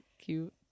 cute